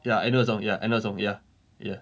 ya I know the song ya I know the song ya ya